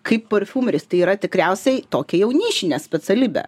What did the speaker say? kaip parfumeris tai yra tikriausiai tokia jau nišinė specialybė